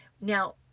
now